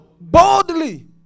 Boldly